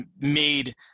made